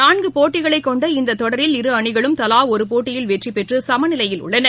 நான்குபோட்டிகளைகொண்ட இந்ததொடரில் இரு அணிகளும் தலாஒருபோட்டியில் வெற்றிடெற்றுசமநிலையில் உள்ளன